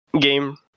game